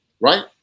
right